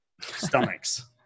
stomachs